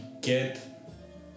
get